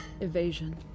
Evasion